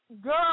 girl